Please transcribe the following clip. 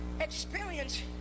experience